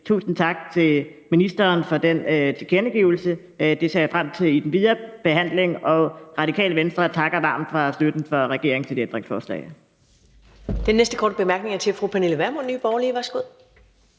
tusind tak til ministeren for den tilkendegivelse. Jeg ser frem til den videre behandling, og Radikale Venstre takker varmt for støtten fra regeringen til ændringsforslaget.